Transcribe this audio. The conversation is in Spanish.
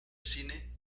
cine